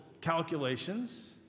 calculations